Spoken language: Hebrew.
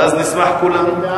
ואז נשמח כולנו.